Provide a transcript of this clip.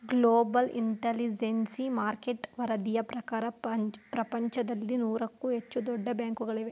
global intelligence market ವರದಿಯ ಪ್ರಕಾರ ಪ್ರಪಂಚದಲ್ಲಿ ನೂರಕ್ಕೂ ಹೆಚ್ಚು ದೊಡ್ಡ ಬ್ಯಾಂಕುಗಳಿವೆ